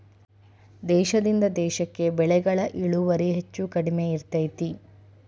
ದೇಶದಿಂದ ದೇಶಕ್ಕೆ ಬೆಳೆಗಳ ಇಳುವರಿ ಹೆಚ್ಚು ಕಡಿಮೆ ಇರ್ತೈತಿ